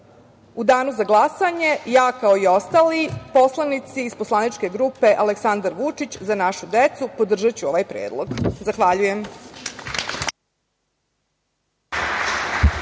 danu za glasanje ja, kao i ostali poslanici iz poslaničke grupe „Aleksandar Vučić – Za našu decu“, podržaću ovaj predlog. Zahvaljujem.